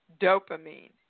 dopamine